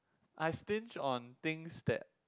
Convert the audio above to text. I stinge on things that